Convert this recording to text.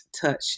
touch